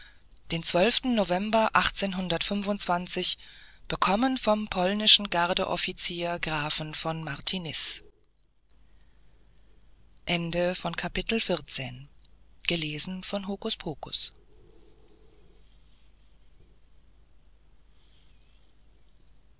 den november bekommen vom polnischen gardeoffizier grafen von martiniz